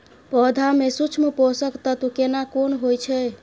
पौधा में सूक्ष्म पोषक तत्व केना कोन होय छै?